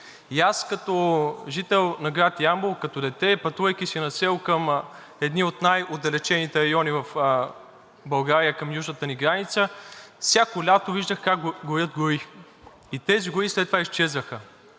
Аз като жител на град Ямбол като дете, пътувайки си на село към едни от най-отдалечените райони в България, към южната ни граница, всяко лято виждах как горят гори и тези гори след това изчезваха